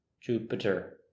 Jupiter